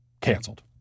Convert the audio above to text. canceled